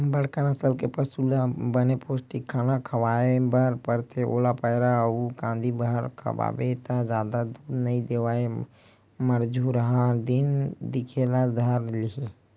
बड़का नसल के पसु ल बने पोस्टिक खाना खवाए बर परथे, ओला पैरा अउ कांदी भर खवाबे त जादा दूद नइ देवय मरझुरहा दिखे ल धर लिही